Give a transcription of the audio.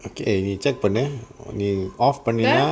okay நீ:nee check பண்ணு நீ:pannu nee off பண்ணினா:pannina